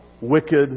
wicked